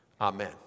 Amen